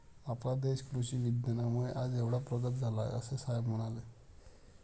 आपला देश कृषी विज्ञानामुळे आज एवढा प्रगत झाला आहे, असे साहेब म्हणाले